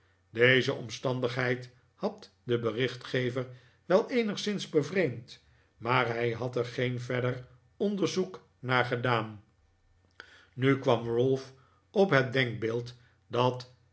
deze omstandigheid had den berichtgever wel eenigszins bevreemd maar hij had er geen verder onderzoek naar gedaan nu kwam ralph op het denkbeeld dat